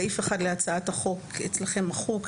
סעיף 1 להצעת החוק אצלכם מחוק.